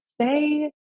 say